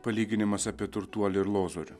palyginimas apie turtuolį ir lozorių